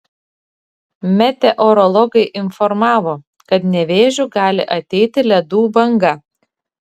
meteorologai informavo kad nevėžiu gali ateiti ledų banga